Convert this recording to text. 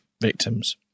victims